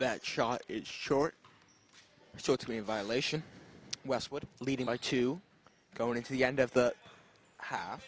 that shot it short so to be in violation westwood leading by two going into the end of the half